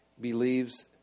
believes